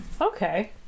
Okay